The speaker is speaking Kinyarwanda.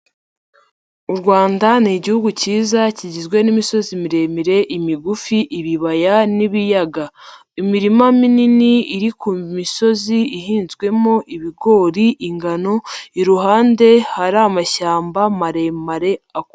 U Rwanda ni igihugu cyiza kigizwe n'imisozi miremire, imigufi, ibibaya n'ibiyaga, imirima minini iri ku misozi ihinzwemo ibigori, ingano, iruhande hari amashyamba maremare akuze.